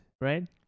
right